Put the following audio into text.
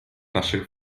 naszych